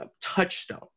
touchstone